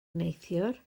neithiwr